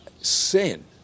sin